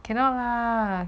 cannot lah